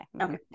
Okay